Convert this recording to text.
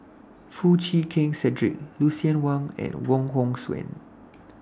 Foo Chee Keng Cedric Lucien Wang and Wong Hong Suen